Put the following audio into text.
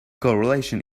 correlation